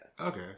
Okay